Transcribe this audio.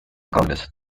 congress